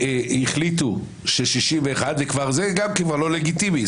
החליטו 61 וגם זה כבר לא לגיטימי.